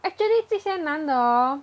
actually 这些男的 hor